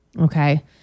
Okay